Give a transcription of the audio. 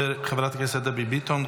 חברת הכנסת דבי ביטון,